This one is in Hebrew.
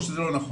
או שזה לא נכון,